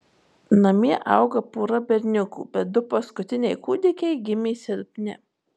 namie auga pora berniukų bet du paskutiniai kūdikiai gimė silpni